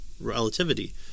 relativity